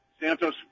Santos